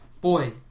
Boy